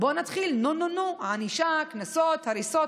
בואו נתחיל: נו נו נו, ענישה, קנסות, הריסות.